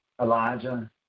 Elijah